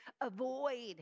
avoid